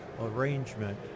arrangement